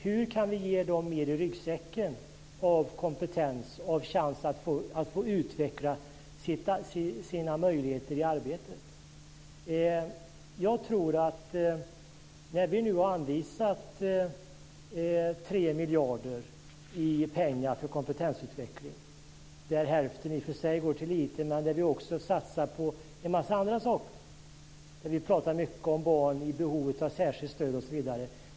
Hur kan vi ge dem mer i ryggsäcken av kompetens och av chans att få utveckla sina möjligheter i arbetet? Nu har vi anvisat tre miljarder i pengar för kompetensutveckling. Hälften går i och för sig till IT, men vi satsar också på en massa andra saker. Vi pratar mycket om barn i behov av särskilt stöd osv.